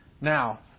Now